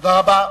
תודה רבה.